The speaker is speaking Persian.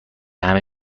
همه